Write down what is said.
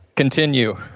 Continue